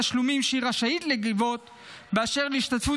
תשלומים שהיא רשאית לגבות באשר להשתתפות